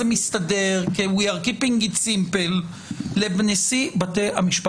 כי עניינו של נאשם יהיה נדון בבית משפט